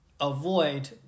avoid